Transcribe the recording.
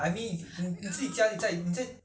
还是怎么样你是怎样煮那个